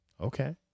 Okay